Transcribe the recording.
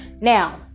Now